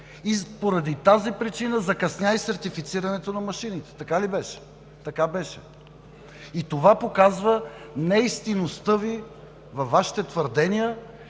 И поради тази причина закъсня и сертифицирането на машините. Така ли беше? Така беше. И това показва неистинността Ви във Вашите твърдения